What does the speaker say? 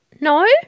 No